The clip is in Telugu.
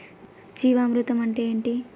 జీవామృతం అంటే ఏంటి?